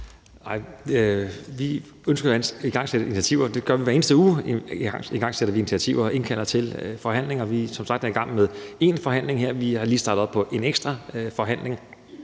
igangsætter vi initiativer og indkalder til forhandlinger, og vi er som sagt i gang med en forhandling her, og vi er lige startet op på en ekstra forhandling,